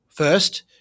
First